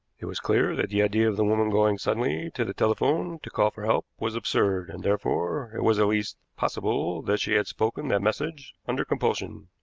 it was clear that the idea of the woman going suddenly to the telephone to call for help was absurd, and, therefore, it was at least possible that she had spoken that message under compulsion.